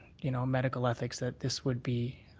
you know, medical ethics that this would be,